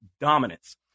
dominance